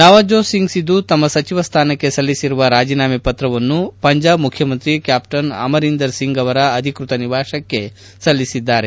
ನವ್ಜೋತ್ ಸಿಂಗ್ ಸಿಧು ತಮ್ನ ಸಚಿವ ಸ್ವಾನಕ್ಕೆ ಸಲ್ಲಿಸಿರುವ ರಾಜೀನಾಮೆ ಪತ್ರವನ್ನು ಪಂಜಾಬ್ ಮುಖ್ಚಮಂತ್ರಿ ಕ್ಕಾಪ್ಟನ್ ಅಮರಿಂದರ್ ಸಿಂಗ್ ಅವರ ಅಧಿಕೃತ ನಿವಾಸಕ್ಕೆ ಸಲ್ಲಿಸಿದ್ದಾರೆ